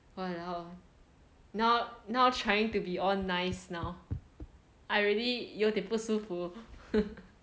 !walao! now now trying to be all nice now I really 有一点不舒服